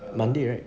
monday right